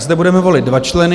Zde budeme volit dva členy.